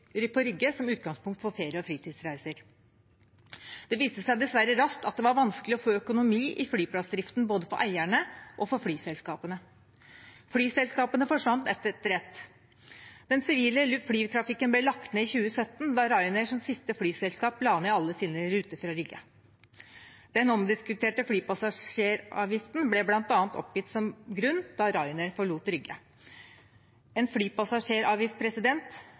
på Rygge som utgangspunkt for ferie- og fritidsreiser. Det viste seg dessverre raskt at det var vanskelig å få økonomi i flyplassdriften både for eierne og for flyselskapene. Flyselskapene forsvant ett etter ett. Den sivile flytrafikken ble lagt ned i 2017, da Ryanair som siste flyselskap la ned alle sine ruter fra Rygge. Den omdiskuterte flypassasjeravgiften ble bl.a. oppgitt som grunn da Ryanair forlot Rygge. En flypassasjeravgift